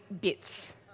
bits